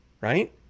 right